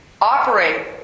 operate